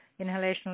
inhalational